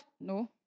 no